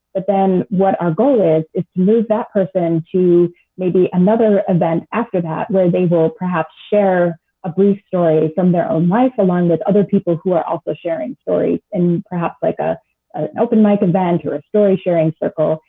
but what our goal is is to move that person to maybe another event after that, where they will will perhaps share a brief story from their own life along with other people who are also sharing stories, and perhaps like ah an open mic event or a story sharing circle,